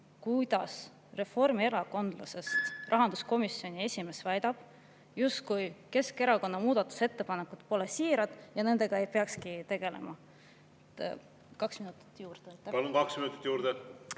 kuidas reformierakondlasest rahanduskomisjoni esimees väidab, justkui Keskerakonna muudatusettepanekud pole siirad ja nendega ei peaks tegelema. Palun kaks minutit juurde. Palun, kaks minutit juurde!